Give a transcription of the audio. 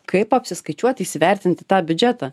kaip apsiskaičiuoti įsivertinti tą biudžetą